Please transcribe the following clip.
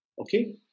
Okay